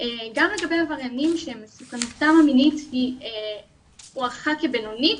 גם לגבי עבריינים שמסוכנותם המינית הוערכה כבינונית,